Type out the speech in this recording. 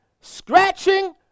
scratching